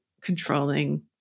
controlling